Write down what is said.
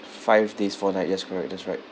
five days four night yes correct that's right